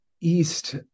east